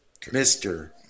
Mr